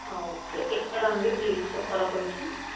okay ఎక్కడండి place చెప్తారా కొంచెం